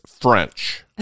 French